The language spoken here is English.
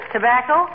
tobacco